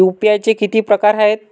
UPI चे किती प्रकार आहेत?